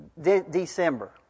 December